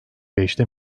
beşte